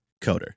coder